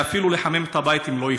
שאפילו לחמם את הבית הם לא יכולים.